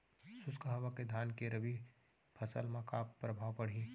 शुष्क हवा के धान के रबि फसल मा का प्रभाव पड़ही?